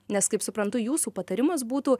nes kaip suprantu jūsų patarimas būtų